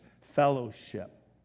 fellowship